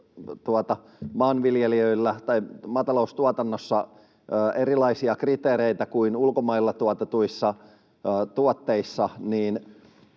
meillä Suomessa on maataloustuotannossa erilaisia kriteereitä kuin ulkomailla tuotetuissa tuotteissa.